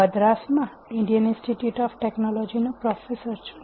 હું મદ્રાસમાં Indian institute of ટેકનોલોજીનો પ્રોફેસર છું